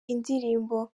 indirimbo